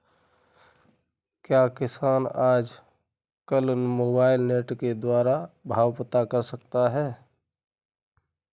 क्या किसान आज कल मोबाइल नेट के द्वारा भाव पता कर सकते हैं?